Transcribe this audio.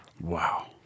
Wow